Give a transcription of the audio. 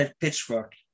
pitchfork